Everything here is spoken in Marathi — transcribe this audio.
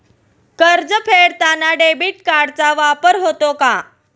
कर्ज फेडताना डेबिट कार्डचा वापर होतो का?